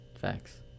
facts